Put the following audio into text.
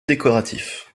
décoratif